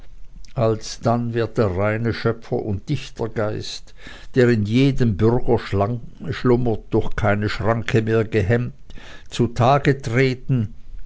alsdann wird der reine schöpfer und dichtergeist der in jedem bürger schlummert durch keine schranke mehr gehemmt zutage treten